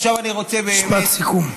עכשיו אני רוצה באמת, משפט סיכום.